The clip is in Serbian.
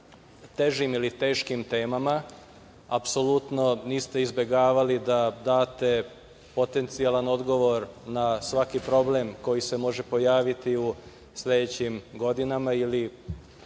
težim ili teškim temama. Apsolutno niste izbegavali da date potencijalan odgovor na svaki problem koji se može pojaviti u sledećim godinama ili